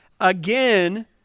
again